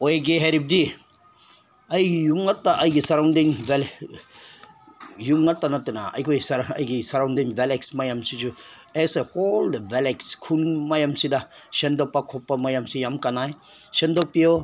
ꯑꯣꯏꯒꯦ ꯍꯥꯏꯔꯕꯗꯤ ꯑꯩꯒꯤ ꯌꯨꯝ ꯉꯥꯛꯇ ꯑꯩꯒꯤ ꯁꯔꯥꯎꯟꯗꯤꯡ ꯌꯨꯝꯈꯛꯇ ꯅꯠꯇꯅ ꯑꯩꯈꯣꯏ ꯑꯩꯒꯤ ꯁꯔꯥꯎꯟꯗꯤꯡ ꯚꯤꯂꯦꯖ ꯃꯌꯥꯝꯁꯤꯁꯨ ꯑꯦꯁ ꯑꯦ ꯍꯣꯜ ꯚꯤꯂꯦꯖ ꯈꯨꯟ ꯃꯌꯥꯝꯁꯤꯗ ꯁꯦꯡꯗꯣꯛꯄ ꯈꯣꯠꯄ ꯃꯌꯥꯝꯁꯦ ꯌꯥꯝ ꯀꯥꯟꯅꯩ ꯁꯦꯡꯗꯣꯛꯄꯤꯌꯣ